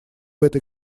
этой